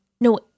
No